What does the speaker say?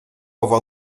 avoir